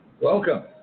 Welcome